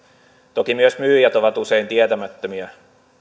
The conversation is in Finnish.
toki myös myyjät ovat usein tietämättömiä